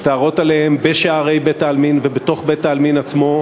מסתערים עליהם בשערי בית-העלמין ובתוך בית-העלמין עצמו,